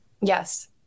Yes